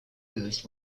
used